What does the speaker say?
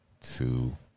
two